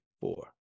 four